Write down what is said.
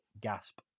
gasp